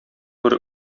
бер